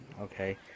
Okay